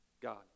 God